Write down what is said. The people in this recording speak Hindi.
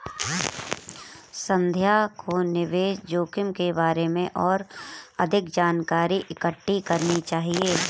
संध्या को निवेश जोखिम के बारे में और अधिक जानकारी इकट्ठी करनी चाहिए